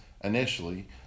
initially